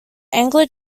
anglo